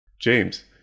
James